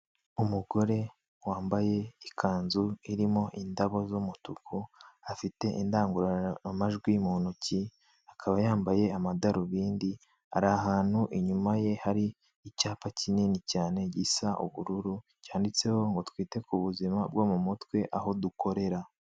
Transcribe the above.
Umugore wambaye ikanzu irimo indabo z'umutuku afite indangurumajwi mu ntoki akaba yambaye amadarubindi ari ahantu inyuma ye hari icyapa kinini cyane gisa ubururu cyanditseho ngo twite ku buzima bwo mu mutwe aho dukorera.